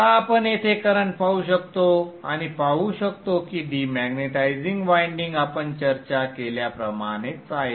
आता आपण येथे करंट पाहू शकतो आणि पाहू शकतो की डिमॅग्नेटिझिंग वायंडिंग आपण चर्चा केल्याप्रमाणेच आहे